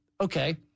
Okay